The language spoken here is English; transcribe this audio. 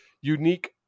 unique